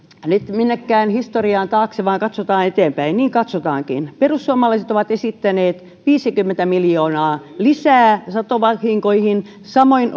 minnekään historiaan taakse vaan katsotaan eteenpäin ja niin katsotaankin perussuomalaiset ovat esittäneet viisikymmentä miljoonaa lisää satovahinkoihin samoin